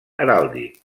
heràldic